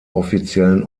offiziellen